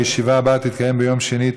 הישיבה הבאה תתקיים ביום שני,